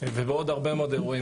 ובעוד הרבה מאוד אירועים,